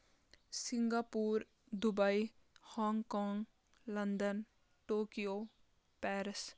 Singapore Dubai Hong Kong London Tokyo Paris